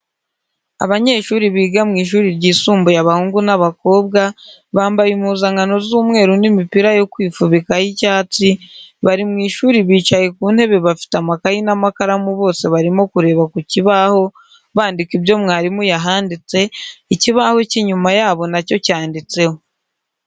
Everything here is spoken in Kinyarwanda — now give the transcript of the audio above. Abanyeshuri biga mu ishuri ryisumbuye abahungu n'abakobwa, bambaye impuzankano z'umweru n'imipira yo kwifubika y'icyatsi, bari mu ishuri bicaye ku ntebe bafite amakaye n'amakaramu bose barimo kureba ku kibaho bandika ibyo mwarimu yahanditse, ikibaho cy'inyuma yabo nacyo cyanditseho.